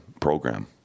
program